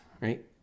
right